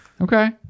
okay